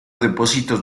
depósitos